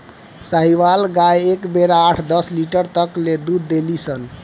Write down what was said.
साहीवाल गाय एक बेरा आठ दस लीटर तक ले दूध देली सन